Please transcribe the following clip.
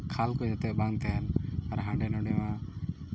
ᱠᱷᱟᱞ ᱠᱚ ᱡᱟᱛᱮ ᱵᱟᱝ ᱛᱟᱦᱮᱱ ᱟᱨ ᱦᱟᱰᱮ ᱱᱟᱰᱮ ᱦᱚᱸ